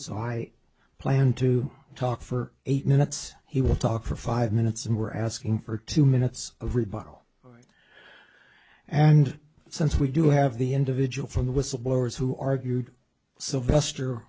so i plan to talk for eight minutes he will talk for five minutes and we're asking for two minutes of rebuttal and since we do have the individual from the whistle blowers who argue sylvester